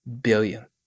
billion